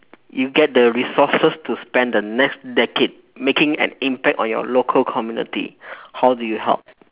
you get the resources to spend the next decade making an impact on your local community how do you help